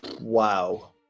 wow